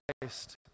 Christ